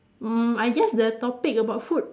mm I guess the topic about food